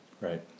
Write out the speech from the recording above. right